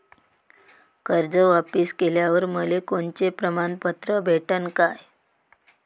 कर्ज वापिस केल्यावर मले कोनचे प्रमाणपत्र भेटन का?